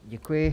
Děkuji.